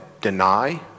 deny